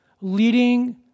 leading